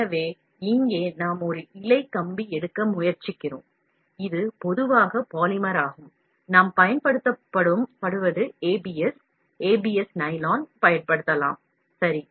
எனவே இங்கே நாம் ஒரு இழை கம்பி எடுக்க முயற்சிக்கிறோம் இது பொதுவாக பாலிமராகும் நாம் பயன்படுத்துவது ஏபிஎஸ் நைலானும் பயன்படுத்தலாம் சரி